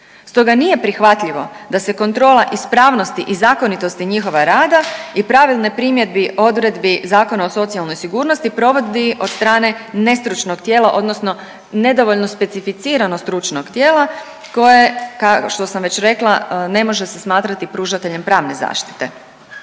Stoga nije prihvatljivo da se kontrola ispravnosti i zakonitosti njihova rada i pravilne primjedbi odredbi Zakona o socijalnoj sigurnosti provodi od strane nestručno tijelo odnosno nedovoljno specificirano stručnog tijela koje, što sam već rekla, ne može se smatrati pružateljem pravne zaštite.